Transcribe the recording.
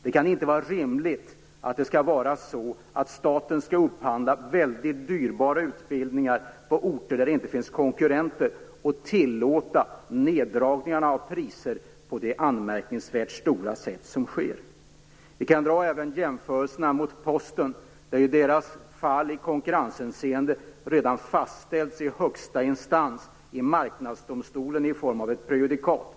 Det kan inte vara rimligt att staten skall upphandla mycket dybara utbildningar på orter där det inte finns konkurrenter och tillåta de anmärkningsvärt stora neddragningarna av priser som sker. Vi kan även göra jämförelser med Posten. Deras fall har i konkurrenshänseende redan fastställts i högsta instans, Marknadsdomstolen, i form av ett prejudikat.